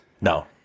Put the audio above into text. No